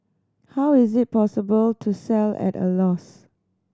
how is it possible to sell at a loss